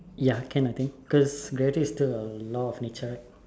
ya can I think cause gravity is still a lot of nature right